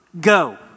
go